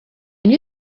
knew